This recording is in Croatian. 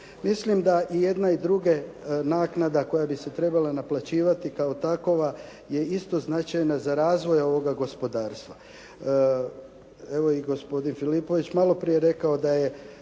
Milim da i jedna i druga naknada koja bi se trebala naplaćivati kao takova je isto značajna za razvoj ovoga gospodarstva. Evo i gospodin Filipović je malo prije rekao da se